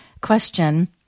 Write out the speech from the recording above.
question